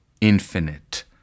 Infinite